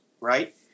right